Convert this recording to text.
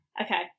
Okay